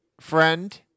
Friend